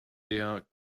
der